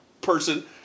person